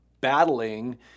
battling